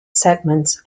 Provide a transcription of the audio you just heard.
segments